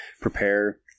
prepare